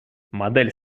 модель